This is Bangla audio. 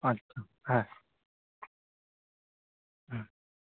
আচ্ছা হ্যাঁ হুম